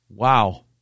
wow